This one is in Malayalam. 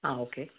ആ ഓക്കെ